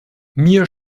mir